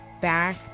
back